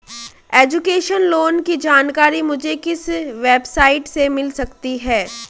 Education loan की जानकारी मुझे किस वेबसाइट से मिल सकती है?